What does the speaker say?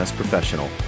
professional